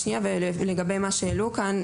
לגבי מה שהעלו כאן,